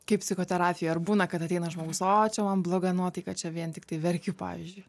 kaip psichoterapijoj ar būna kad ateina žmogus o čia man bloga nuotaika čia vien tiktai verkiu pavyzdžiui